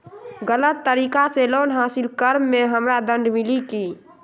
गलत तरीका से लोन हासिल कर्म मे हमरा दंड मिली कि?